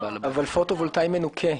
פוטו וולטאי מנוכה.